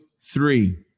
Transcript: three